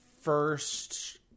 first